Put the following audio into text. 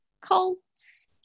cults